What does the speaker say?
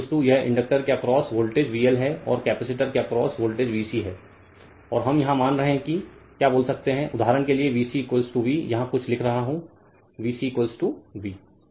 तो VL यह inductor के अक्रॉस वोल्टेज VL है और कपैसिटर के अक्रॉस वोल्टेज VC है और हम यहाँ मान रहे है की क्या बोल सकते है उदाहरण के लिए VC V यहाँ कुछ लिख रहा हूँ VCV